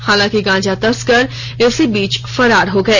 हालांकि गांजा तस्कर इसी बीच फरार हो गए